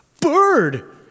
Bird